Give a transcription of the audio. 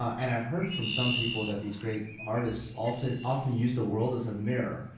and i've heard from some people that these great artists often often used the world as a mirror.